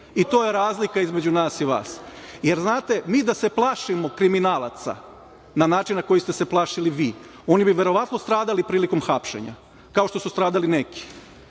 to je razlika između nas i vas. Jer znate mi da se plašimo kriminalaca na način na koji ste se plašili vi oni bi verovatno stradali prilikom hapšenja kao što su stradali neki